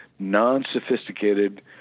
non-sophisticated